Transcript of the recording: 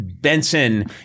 Benson